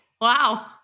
wow